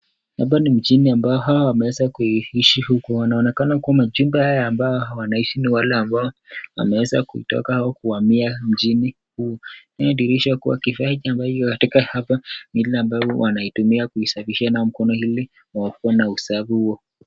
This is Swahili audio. Hapa ni mjini ambayo hawa wameweza kuishi huku wanaonekana kuwa majumba haya ambao wanaishi ni wale ambao wameweza kutoka au kuhamia mjini huu. Hii inadhirisha kuwa kifaa hichi ambayo iko katika hapa ni ile ambayo wanatumia kusafisha mkono hili wawe na usafi huo.